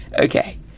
Okay